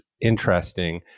interesting